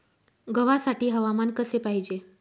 गव्हासाठी हवामान कसे पाहिजे?